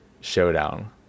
showdown